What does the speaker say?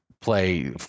play